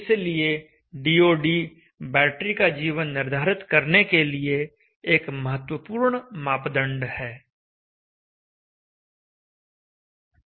इसलिए DoD battery का जीवन निर्धारित करने के लिए एक महत्वपूर्ण मापदंड है